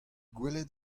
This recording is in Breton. gwelet